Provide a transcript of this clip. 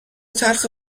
تلخ